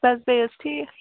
بَس بیٚیہِ حظ ٹھیٖک